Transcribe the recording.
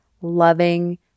loving